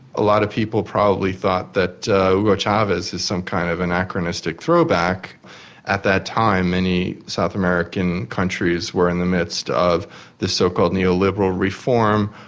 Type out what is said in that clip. a lot of people probably thought that hugo chavez is some kind of anachronistic throwback at that time many south american countries were in the midst of the so-called neo-liberal reform,